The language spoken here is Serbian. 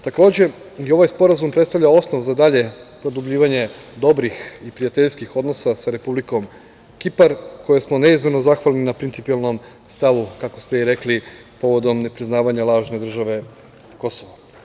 Takođe, i ovaj sporazum predstavlja osnov za dalje produbljivanje dobrih i prijateljskih odnosa sa Republikom Kipar, kojoj smo neizmerno zahvalni na principijelnom stavom, kako ste i rekli, povodom nepriznavanja lažne države Kosovo.